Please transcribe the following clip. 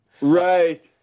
Right